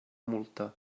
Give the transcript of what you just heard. multa